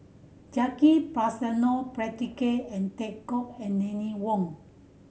Jacki Passmore Patrick and Tay Teck and